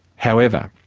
however,